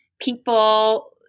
people